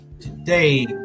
Today